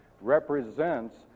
represents